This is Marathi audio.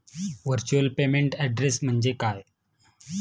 व्हर्च्युअल पेमेंट ऍड्रेस म्हणजे काय?